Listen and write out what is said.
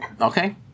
Okay